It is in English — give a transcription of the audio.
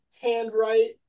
handwrite